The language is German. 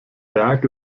berg